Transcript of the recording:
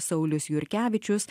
saulius jurkevičius